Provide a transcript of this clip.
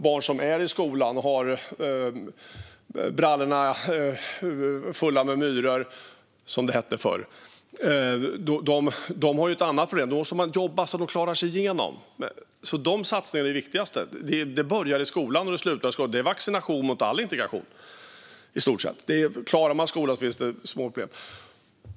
Barn som är i skolan och har brallorna fulla med myror - som det hette förr - har ett annat problem. Då måste man jobba så att de klarar sig igenom skolan. Dessa satsningar är de viktigaste. Det börjar i skolan, och det slutar i skolan. Det är vaccination mot i stort sett all segregation. Klarar barnen skolan finns det små problem.